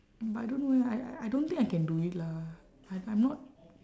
but I don't know eh I I don't think I can do it lah I I'm not